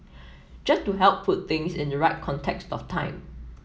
just to help put things in the right context of time